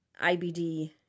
IBD